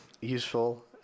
useful